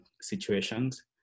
situations